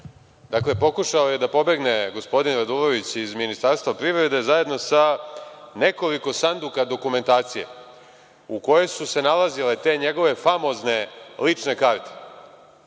Dakle, pokušao je da pobegne gospodin Radulović iz Ministarstva privrede zajedno sa nekoliko sanduka dokumentacije u kojoj su se nalazile te njegove famozne lične karte.